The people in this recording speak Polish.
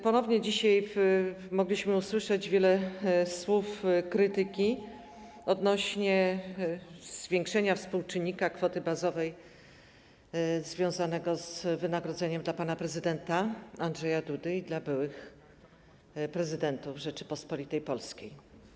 Ponownie dzisiaj mogliśmy usłyszeć wiele słów krytyki odnośnie do zwiększenia współczynnika kwoty bazowej związanego z wynagrodzeniem pana prezydenta Andrzeja Dudy i byłych prezydentów Rzeczypospolitej Polskiej.